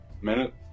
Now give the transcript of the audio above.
minute